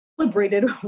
celebrated